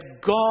God